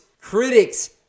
critics